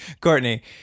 Courtney